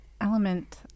element